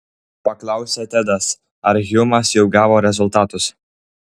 paklausė tedas ar hjumas jau gavo rezultatus